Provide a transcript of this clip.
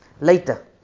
later